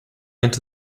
into